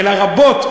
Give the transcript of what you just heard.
אלא רבות,